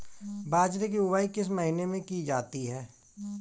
बाजरे की बुवाई किस महीने में की जाती है?